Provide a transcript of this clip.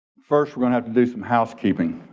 first, we're gonna have to do some housekeeping.